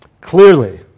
Clearly